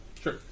Sure